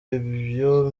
iyo